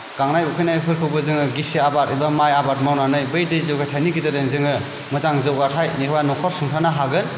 गांनाय उखैनायफोरखौबो जोङो गिसि आबाद एबा माइ आबाद मावनानै बै दै जगायथायनि गेजेरजों जोङो मोजां जौगाथाय एबा न'खर सुंथानो हागोन